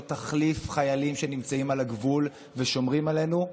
אין תחליף לחיילים שנמצאים על הגבול ושומרים עלינו,